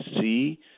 see